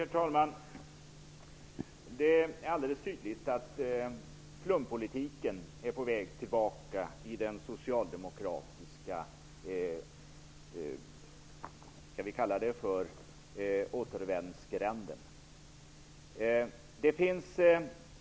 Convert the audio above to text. Herr talman! Det är alldeles tydligt att flumpolitiken är på väg tillbaka i den socialdemokratiska återvändsgränden -- om vi skall kalla den så.